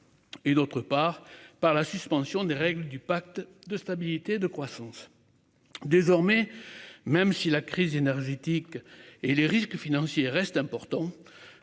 Et d'autre part par la suspension des règles du pacte de stabilité de croissance. Désormais, même si la crise énergétique et les risques financiers restent.